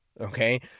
Okay